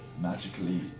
magically